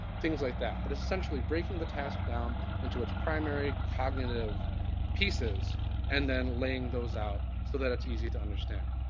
things like that. but essentially, breaking the task down into its primary cognitive pieces and then laying those out so that it's easy to understand.